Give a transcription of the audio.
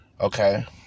okay